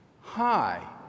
Hi